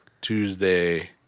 Tuesday